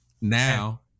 now